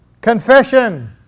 confession